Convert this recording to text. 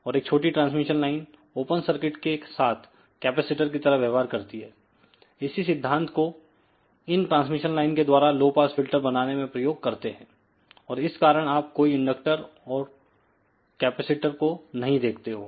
और एक छोटी ट्रांसमिशन लाइन ओपन सर्किट के साथ कैपेसिटर की तरह व्यवहार करती है इसी सिद्धांत को इन ट्रांसमिशन लाइन के द्वारा लो पास फिल्टर बनाने में प्रयोग करते हैं और इस कारण आप कोई इंडक्टर और कैपेसिटर को नहीं देखते हो